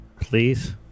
Please